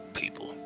people